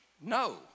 No